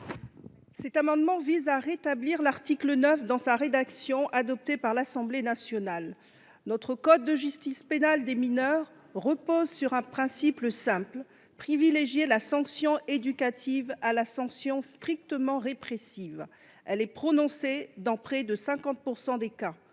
Cet amendement vise à rétablir l’article 9 dans la rédaction adoptée par l’Assemblée nationale. Le code de la justice pénale des mineurs repose sur un principe simple : privilégier la sanction éducative à la sanction strictement répressive. Ainsi, une peine éducative est prononcée dans près de 50 % des cas.